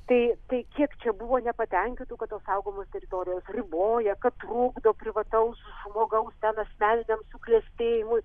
tai tai kiek čia buvo nepatenkintų kad tos saugomos teritorijos riboja kad trukdo privataus žmogaus ten asmeniniam suklestėjimui